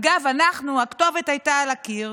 אגב, הכתובת הייתה על הקיר.